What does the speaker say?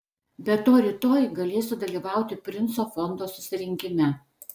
be to rytoj galėsiu dalyvauti princo fondo susirinkime